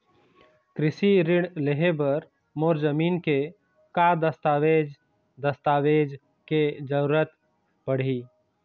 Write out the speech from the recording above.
कृषि ऋण लेहे बर मोर जमीन के का दस्तावेज दस्तावेज के जरूरत पड़ही?